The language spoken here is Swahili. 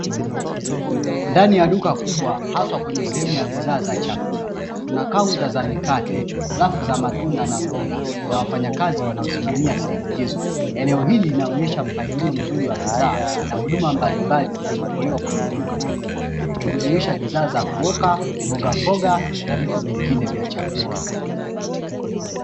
Ndani ya duka kubwa haswa kwenye sehemu ya bidhaa za chakula kuna kaunta za mikate, afu za matunda na mboga na wafanyakazi wanaosimamia sehemu hizo. Eneo hii linaonesha mpangilio mzuri wa bidhaa na huduma mbalimbali zinazotoletewa kwenye maduka makubwa ikijumuisha bidhaa zakuoka, mbogamboga na vitu vingine vya chakula.